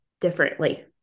differently